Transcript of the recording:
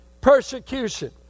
Persecution